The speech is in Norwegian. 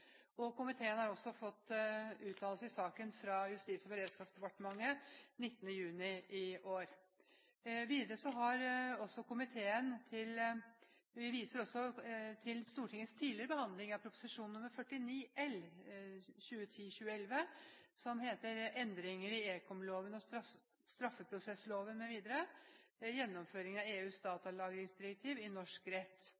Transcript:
datalagringsdirektivet. Komiteen har også fått uttalelse i saken fra Justis- og beredskapsdepartementet, datert 19. juni i år. Videre viser komiteen til Stortingets tidligere behandling av Prop. 49 L for 2010–2011, Endringer i ekomloven og straffeprosessloven mv. – gjennomføring av EUs